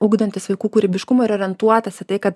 ugdantis vaikų kūrybiškumą ir orientuotas į tai kad